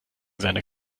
seiner